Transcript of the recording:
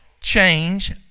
change